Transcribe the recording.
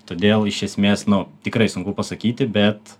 todėl iš esmės nu tikrai sunku pasakyti bet